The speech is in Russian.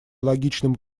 логичным